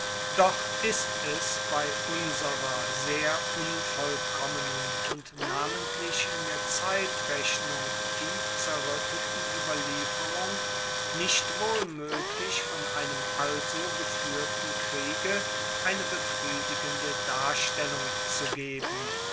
doch ist es bei unserer sehr unvollkommenen und namentlich in der zeitrechnung tiefzerruetteten ueberlieferung nicht wohl moeglich von einem also gefuehrten kriege eine befriedigende darstellung zu geben